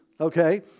okay